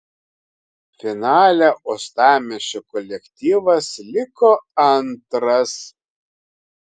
finale uostamiesčio kolektyvas liko antras